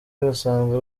basanzwe